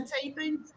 taping